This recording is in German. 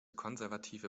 konservative